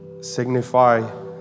signify